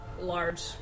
large